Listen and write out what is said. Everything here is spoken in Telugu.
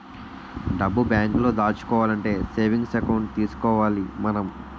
డబ్బు బేంకులో దాచుకోవాలంటే సేవింగ్స్ ఎకౌంట్ తీసుకోవాలి మనం